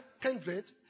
kindred